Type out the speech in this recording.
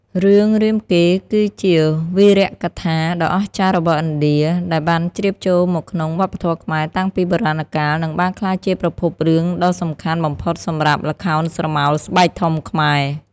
រឿង រាមកេរ្តិ៍ គឺជាវីរកថាដ៏អស្ចារ្យរបស់ឥណ្ឌា ដែលបានជ្រាបចូលមកក្នុងវប្បធម៌ខ្មែរតាំងពីបុរាណកាល និងបានក្លាយជាប្រភពរឿងដ៏សំខាន់បំផុតសម្រាប់ ល្ខោនស្រមោលស្បែកធំខ្មែរ ។